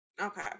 Okay